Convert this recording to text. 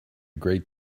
great